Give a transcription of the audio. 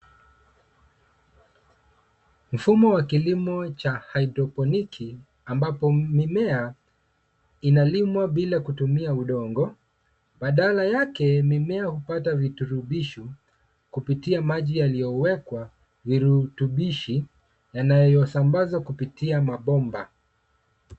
Mfumo wa kilimo cha hydroponic ambapo mimea inalimwa bila kutumia udongo. Badala yake mimea hupata viturubisho kupitia maji yaliyo wekwa virutubishi yanayosambazwa kupitia mabomba.